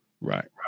Right